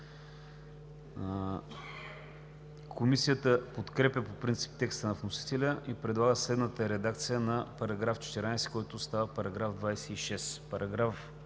Комисията подкрепя по принцип текста на вносителя и предлага следната редакция на § 14, който става § 26: „§ 26.